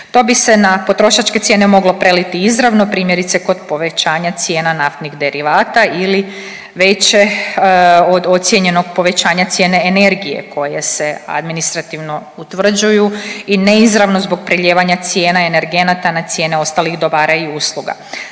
To bi se na potrošačke cijene moglo preliti izravno primjerice kod povećanja cijena naftnih derivata ili veće od ocijenjenog povećanja cijene energije koje se administrativno utvrđuju i neizravno zbog prelijevanja cijena energenata na cijene ostalih dobara i usluga.